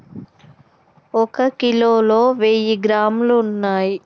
ఒక కిలోలో వెయ్యి గ్రాములు ఉన్నయ్